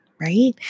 right